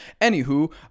Anywho